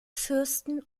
fürsten